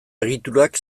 egiturak